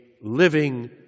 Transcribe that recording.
living